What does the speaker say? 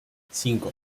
cinco